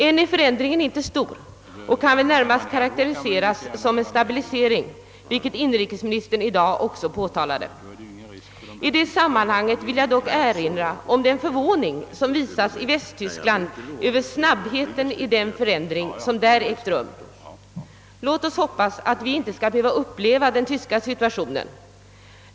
Ännu är förändringen inte stor och kan väl närmast karakteriseras som en stabilisering, vilket inrikesministern i dag också framhöll. I det sammanhanget vill jag dock erinra om den förvåning som visats i Västtyskland över den snabbhet med vilken arbetsmarknadsläget där försämrats. Låt oss hoppas att vi inte skall behöva uppleva den tyska situationen!